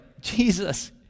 Jesus